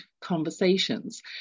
Conversations